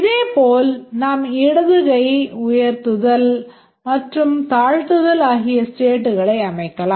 இதேபோல் நாம் இடது கையை உயர்த்துதல் மற்றும் தாழ்த்துதல் ஆகிய ஸ்டேட்களை அமைக்கலாம்